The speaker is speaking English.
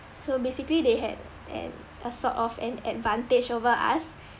so basically they had an a sort of an advantage over us